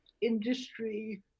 industry